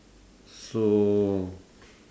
so